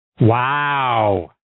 Wow